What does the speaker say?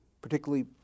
particularly